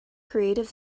creative